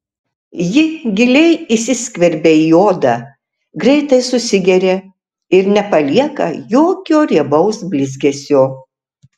ji giliai įsiskverbia į odą greitai susigeria ir nepalieka jokio riebaus blizgesio